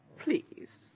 Please